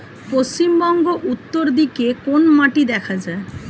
পশ্চিমবঙ্গ উত্তর দিকে কোন মাটি দেখা যায়?